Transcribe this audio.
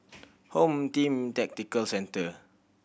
Home Team Tactical Centre